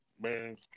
man